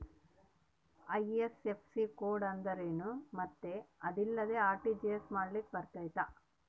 IFSC code ಅಂದ್ರೇನು ಮತ್ತು ಅದಿಲ್ಲದೆ ಆರ್.ಟಿ.ಜಿ.ಎಸ್ ಮಾಡ್ಲಿಕ್ಕೆ ಬರ್ತೈತಾ?